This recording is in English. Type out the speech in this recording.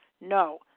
No